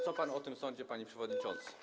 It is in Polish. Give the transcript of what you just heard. Co pan o tym sądzi, panie przewodniczący?